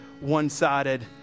one-sided